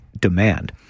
demand